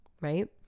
right